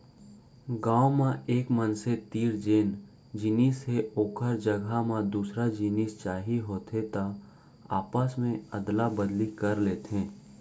गाँव म एक मनसे तीर जेन जिनिस हे ओखर जघा म दूसर जिनिस चाही होथे त आपस मे अदला बदली कर लेथे